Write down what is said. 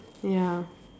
ya